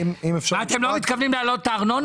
אתם לא מתכוונים להעלות את הארנונה?